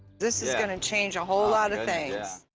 this is going to change a whole lot of things.